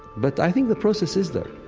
but i think the process is there